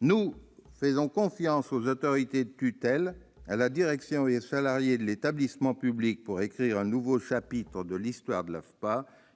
Nous faisons confiance aux autorités de tutelle, à la direction et aux salariés de l'établissement public pour écrire un nouveau chapitre de l'histoire de l'AFPA.